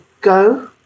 go